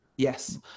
Yes